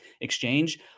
exchange